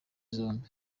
zombi